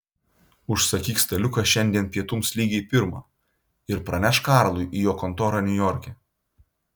užsakyk staliuką šiandien pietums lygiai pirmą ir pranešk karlui į jo kontorą niujorke